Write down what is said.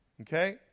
Okay